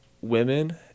women